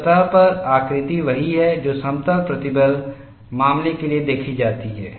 तो सतह पर आकृति वही है जो समतल प्रतिबल मामले के लिए देखी जाती है